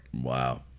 Wow